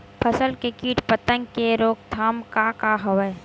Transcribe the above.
फसल के कीट पतंग के रोकथाम का का हवय?